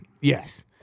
Yes